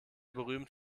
berühmt